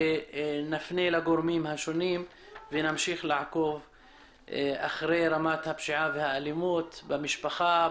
נפנה לגורמים השונים ונמשיך לעקוב אחרי רמת הפשיעה והאלימות במשפחה,